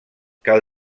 cal